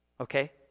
Okay